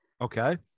okay